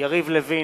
יריב לוין,